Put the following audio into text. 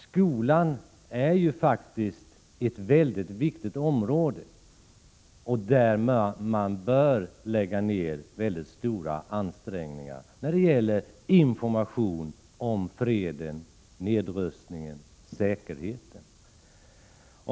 Skolan är ju ett mycket viktigt område, där man bör lägga ned stora ansträngningar när det gäller information om fred, nedrustning och säkerhet.